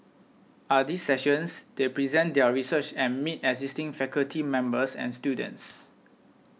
at these sessions they present their research and meet existing faculty members and students